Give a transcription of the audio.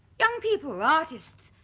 young people, artists,